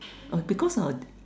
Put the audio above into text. err because uh